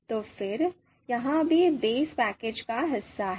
तो फिर यह भी बेस पैकेज का हिस्सा है